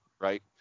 Right